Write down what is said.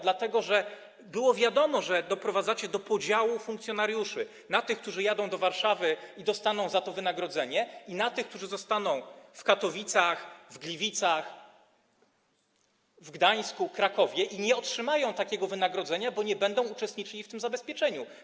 Dlatego że było wiadomo, że doprowadzacie do podziału funkcjonariuszy na tych, którzy przyjadą do Warszawy i dostaną za to wynagrodzenie, i na tych, którzy zostaną w Katowicach, w Gliwicach, w Gdańsku, w Krakowie i nie otrzymają takiego wynagrodzenia, bo nie będą uczestniczyli w tym zabezpieczeniu.